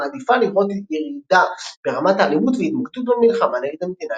מעדיפה לראות ירידה ברמת האלימות והתמקדות במלחמה נגד המדינה האסלאמית".